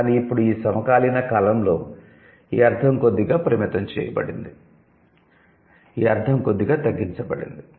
కానీ ఇప్పుడు ఈ సమకాలీన కాలంలో ఈ అర్ధం కొద్దిగా పరిమితం చేయబడింది ఈ అర్థం కొద్దిగా తగ్గించబడింది